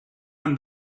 and